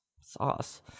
sauce